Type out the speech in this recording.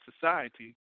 society